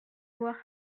voir